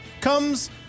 Comes